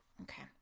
Okay